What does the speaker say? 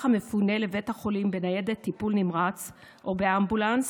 המפונה לבית החולים בניידת טיפול נמרץ או באמבולנס